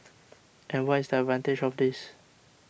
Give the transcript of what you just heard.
and what is the advantage of this